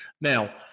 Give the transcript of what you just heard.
Now